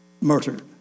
murdered